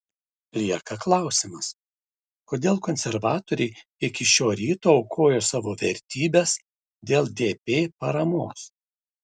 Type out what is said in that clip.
lieka klausimas kodėl konservatoriai iki šio ryto aukojo savo vertybes dėl dp paramos